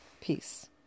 peace